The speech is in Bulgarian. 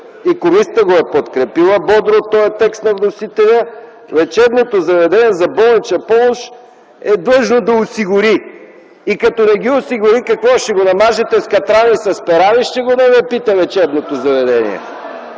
и комисията го е подкрепила бодро този текст на вносителя, лечебното заведение за болнична помощ е длъжно да осигури и като не ги осигури – какво, ще го намажете с катран и с пера ли ще го налепите лечебното заведение?